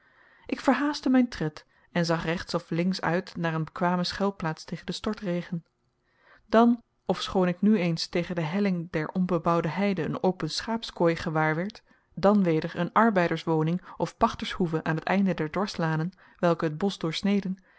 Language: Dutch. ik verhaastte mijn tred en zag rechts of links uit naar een bekwame schuilplaats tegen den stortregen dan ofschoon ik nu eens tegen de helling der onbebouwde heide een open schaapskooi gewaarwerd dan weder een arbeiderswoning of pachtershoeve aan het einde der dwarslanen welke het bosch doorsneden